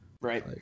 Right